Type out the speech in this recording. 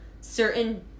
certain